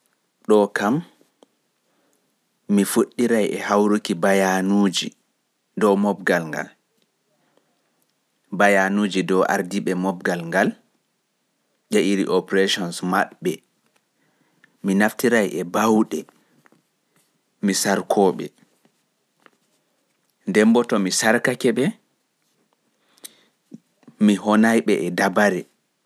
Mi fuɗɗirai e hauruki bayanuuji dow mobgal ngal e kala operations maɓɓe. Mi naftirai e bauɗe e dabareeji mi sarkooɓe, mi honaɓe, mi sankitaɓe.